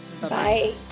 Bye